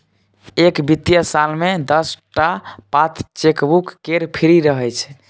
एक बित्तीय साल मे दस टा पात चेकबुक केर फ्री रहय छै